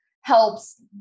helps